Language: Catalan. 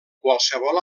qualsevol